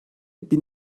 bin